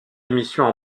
émissions